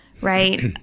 right